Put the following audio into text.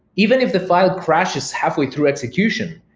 even if the file crashes halfway through execution,